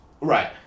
Right